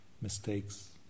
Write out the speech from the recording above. mistakes